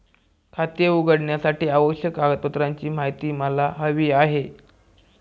खाते उघडण्यासाठीच्या आवश्यक कागदपत्रांची माहिती मला हवी आहे